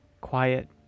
Quiet